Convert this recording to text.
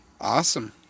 Awesome